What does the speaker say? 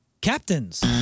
Captains